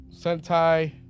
sentai